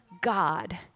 God